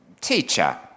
Teacher